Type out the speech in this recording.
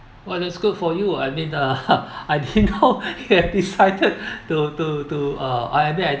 well that's good for you I mean uh I didn't know you have decided to to to uh I mean I